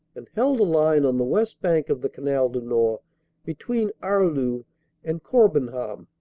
and held a line on the west bank of the canal du nord between arleux and corbenham.